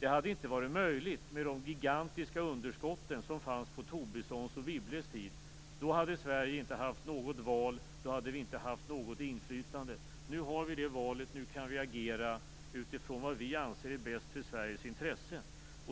Det hade inte varit möjligt med de gigantiska underskott som fanns på Tobissons och Wibbles tid. Då hade Sverige inte haft något val och inte något inflytande. Nu har Sverige det valet. Nu kan vi agera utifrån vad vi anser är bäst för Sveriges intressen.